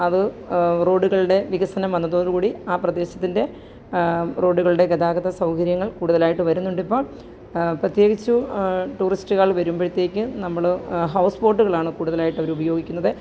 അത് റോഡുകളുടെ വികസനം വന്നതോടുകൂടി ആ പ്രദേശത്തിന്റെ റോഡുകളുടെ ഗതാഗത സൗകര്യങ്ങള് കൂടുതലായിട്ടു വരുന്നുണ്ടിപ്പോൾ പ്രത്യേകിച്ച് ടൂറിസ്റ്റുകള് വരുമ്പോഴത്തേക്ക് നമ്മൾ ഹൗസ് ബോട്ടുകളാണ് കൂടുതലായിട്ടവർ ഉപയോഗിക്കുന്നത്